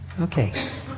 Okay